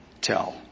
tell